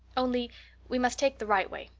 only we must take the right way.